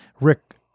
Rick